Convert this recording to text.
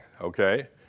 okay